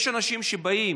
יש אנשים שבאים,